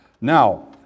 now